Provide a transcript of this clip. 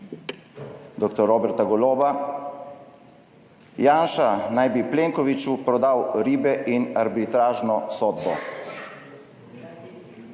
dr. Roberta Goloba, Janša naj bi Plenkoviću prodal ribe in arbitražno sodbo.